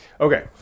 Okay